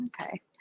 Okay